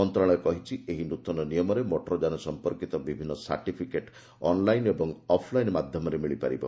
ମନ୍ତ୍ରଣାଳୟ କହିଛି ଏହି ନୂତନ ନିୟମରେ ମୋଟରଯାନ ସମ୍ପର୍କୀତ ବିଭିନ୍ନ ସାର୍ଟିଫିକେଟ୍ ଅନ୍ଲାଇନ୍ ଓ ଅଫ୍ଲାଇନ୍ ମାଧ୍ୟମରେ ମିଳିପାରିବ